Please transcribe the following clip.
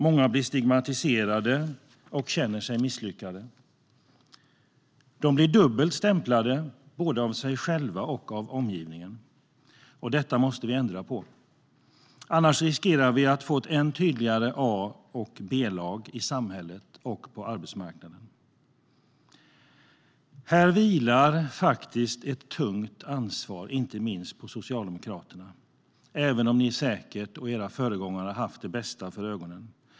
Många blir stigmatiserade och känner sig misslyckade. De blir dubbelt stämplade, både av sig själva och av omgivningen. Detta måste vi ändra på, annars riskerar vi att få ett ännu tydligare A och B-lag i samhället och på arbetsmarknaden. Här vilar ett tungt ansvar inte minst på Socialdemokraterna, även om ni och era föregångare säkert har haft det bästa för ögonen.